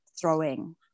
throwing